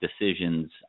decisions